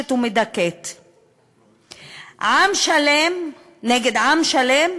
כובשת ומדכאת, עם שלם נגד עם שלם,